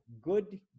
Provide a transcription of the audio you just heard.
good